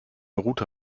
rute